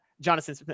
Jonathan